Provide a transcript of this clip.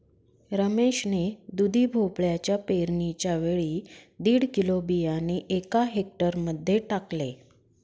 रमेश ने दुधी भोपळ्याच्या पेरणीच्या वेळी दीड किलो बियाणे एका हेक्टर मध्ये टाकले